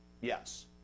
Yes